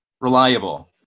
Reliable